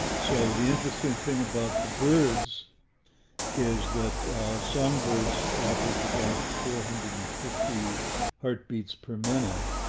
so the interesting thing about the birds is that songbirds average about four hundred and fifty heartbeats per minute,